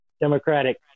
Democratic